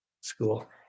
school